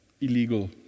illegal